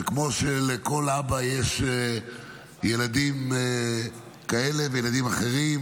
וכמו שלכל אבא יש ילדים כאלה וילדים אחרים,